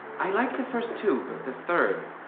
i like the first two, but the third.